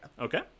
okay